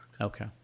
Okay